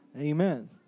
Amen